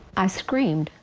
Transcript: i screamed,